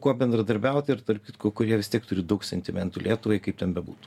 kuo bendradarbiaut ir tarp kitko kurie vis tiek turi daug sentimentų lietuvai kaip ten bebūtų